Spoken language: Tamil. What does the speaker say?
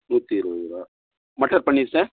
நூற்றி இருபது ரூபா மட்டர் பன்னீர் சார்